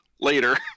later